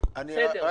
אנחנו